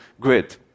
grid